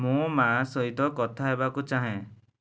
ମୁଁ ମା' ସହିତ କଥା ହେବାକୁ ଚାହେଁ